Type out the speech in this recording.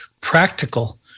practical